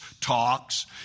talks